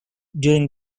during